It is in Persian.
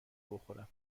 بخورم